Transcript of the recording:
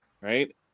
Right